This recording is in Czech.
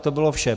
To bylo vše.